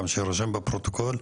גם שיירשם בפרוטוקול,